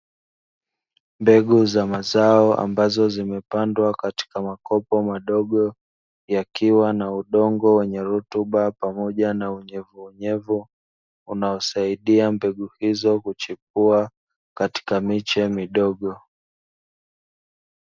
Mbegu za mazao, ambazo zimepandwa katika makopo madogo yakiwa na udongo wenye rutuba pamoja na unyevunyevu unaosaidia mbegu hizo kuchipua katika miche midogo.